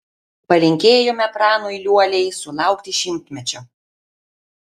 palinkėjome pranui liuoliai sulaukti šimtmečio